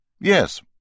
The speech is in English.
Yes